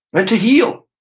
and to heal.